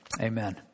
Amen